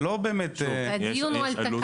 זה לא באמת --- הדיון הוא על תקנות.